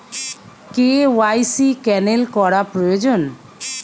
KYC cancel করা প্রয়োজন?